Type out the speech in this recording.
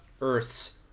Earth's